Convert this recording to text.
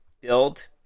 build